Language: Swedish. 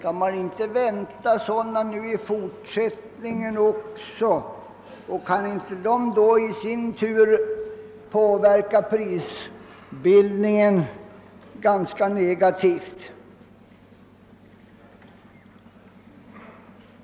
Kan man inte vänta sådana i fortsättningen också, och kan inte de i sin tur påverka prisbildningen ganska negativt?